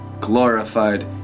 glorified